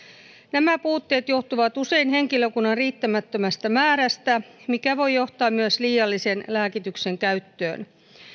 nämä puutteet johtuvat usein henkilökunnan riittämättömästä määrästä mikä voi johtaa myös liiallisen lääkityksen käyttöön